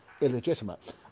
illegitimate